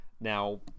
Now